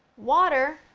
water,